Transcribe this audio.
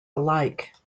alike